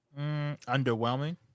Underwhelming